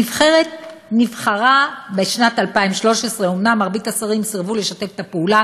הנבחרת נבחרה בשנת 2013. אומנם מרבית השרים סירבו לשתף אתה פעולה